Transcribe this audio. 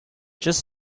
just